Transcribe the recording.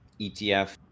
ETF